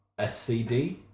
SCD